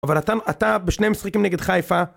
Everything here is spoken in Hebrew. אבל אתה בשני המשחקים נגד חיפה